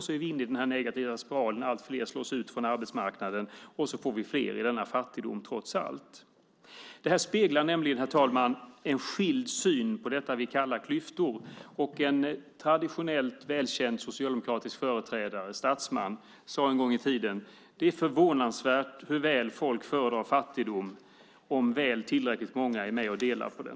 Så är vi inne i den negativa spiralen att fler slås ut från arbetsmarknaden, och så får vi fler i denna fattigdom trots allt. Detta speglar nämligen, herr talman, en skild syn på det vi kallar klyftor. En traditionellt välkänd socialdemokratisk företrädare och statsman sade en gång i tiden: Det är förvånansvärt hur väl folk fördrar fattigdom om väl tillräckligt många är med och delar på den.